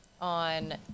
on